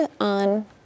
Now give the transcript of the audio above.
on